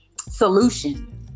solution